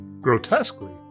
Grotesquely